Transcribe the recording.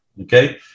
okay